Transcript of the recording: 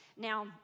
Now